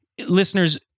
Listeners